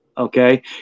Okay